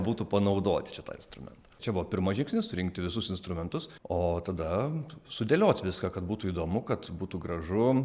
būtų panaudoti čia tą instrumentą čia buvo pirmas žingsnis surinkti visus instrumentus o tada sudėliot viską kad būtų įdomu kad būtų gražu